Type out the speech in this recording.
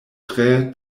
tre